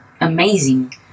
amazing